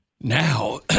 Now